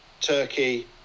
Turkey